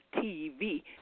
TV